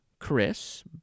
Chris